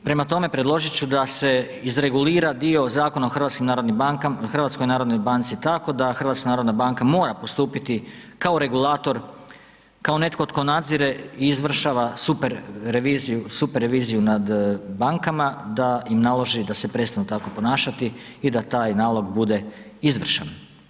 Prema tome, predložit ću da se izregulira dio Zakona o HNB-u tako da HNB mora postupiti kao regulator, kao netko tko nadzire i izvršava super reviziju, super reviziju nad bankama da im naloži da se prestanu tako ponašati i da taj nalog bude izvršen.